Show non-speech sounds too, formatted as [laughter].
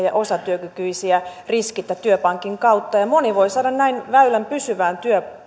[unintelligible] ja osatyökykyisiä riskittä työpankin kautta ja ja moni voi saada näin väylän pysyvään